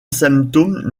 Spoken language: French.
symptôme